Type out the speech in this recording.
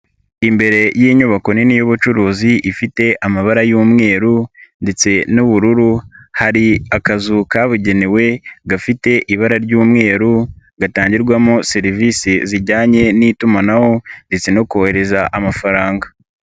Imbere y'inyubako nini y'ubucuruzi ifite amabara y'umweru ndetse n'ubururu, hari akazu kabugenewe gafite ibara ry'umweru, gatangirwamo serivisi zijyanye n'itumanaho ndetse no kohereza amafaranga.